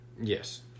Yes